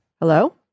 Hello